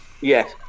Yes